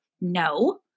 no